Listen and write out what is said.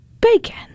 bacon